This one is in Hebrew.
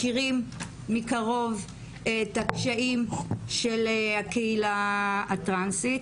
מכירים מקרוב את הקשיים של הקהילה הטרנסית.